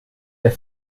der